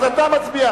אז אתה מצביע.